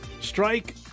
Strike